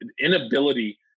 inability